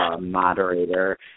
moderator